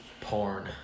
Porn